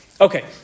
Okay